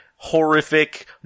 Horrific